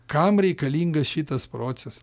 kam reikalingas šitas proces